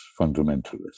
fundamentalists